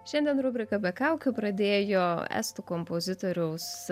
šiandien rubriką be kaukių pradėjo estų kompozitoriaus